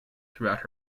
throughout